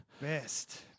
Best